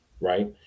Right